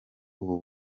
ubu